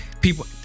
people